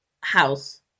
house